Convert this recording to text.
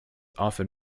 often